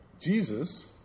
Jesus